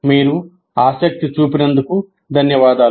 మీరు ఆసక్తి చూపినందుకు ధన్యవాదములు